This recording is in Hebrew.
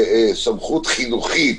סמכות חינוכית,